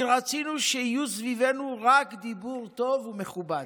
כי רצינו שיהיה סביבנו רק דיבור טוב ומכובד.